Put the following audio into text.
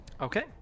Okay